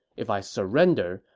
if i surrender,